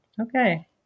Okay